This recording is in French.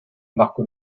marque